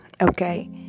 okay